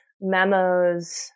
memos